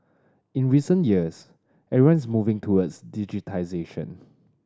in recent years everyone is moving towards digitisation